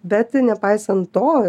bet nepaisant to